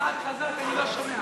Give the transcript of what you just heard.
תודה רבה, חברות וחברי הכנסת,